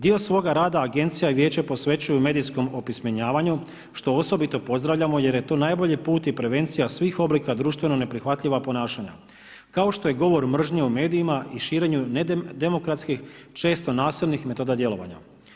Dio svoga rada agencija i vijeće posvećuju medijskom opismenjavanju što osobito pozdravljamo jer je to najbolji put i prevencija svih oblika društveno neprihvatljiva ponašanja, kao što je govor mržnje u medijima i širenu nedemokratskih, često nasilnih metoda djelovanja.